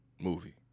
movie